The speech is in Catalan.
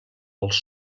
als